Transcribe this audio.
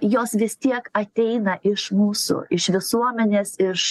jos vis tiek ateina iš mūsų iš visuomenės iš